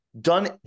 done